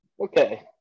Okay